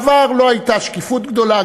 בעבר לא הייתה שקיפות גדולה.